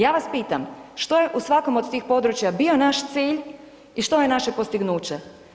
Ja vas pitam što je u svakom od tih područja bio naš cilj i što je naše postignuće?